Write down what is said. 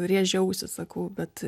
rėžia ausį sakau bet